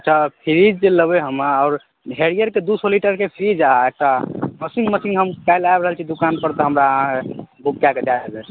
अच्छा फ्रिज जे लेबै हम आओर हाइयरके दू सए लीटरके फ्रिज आ एकटा वाशिंगमशीन काल्हि आबि रहल छी दूकान पर तऽ अहाँ हमरा बुक कए कऽ दए देब